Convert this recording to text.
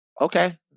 Okay